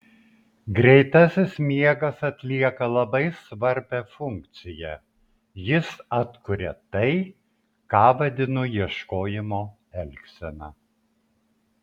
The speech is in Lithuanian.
greitasis miegas atlieka labai svarbią funkciją jis atkuria tai ką vadinu ieškojimo elgsena